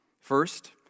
First